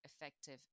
effective